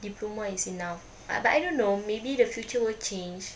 diploma is enough I but I don't know maybe the future will change